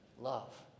love